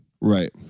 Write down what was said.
Right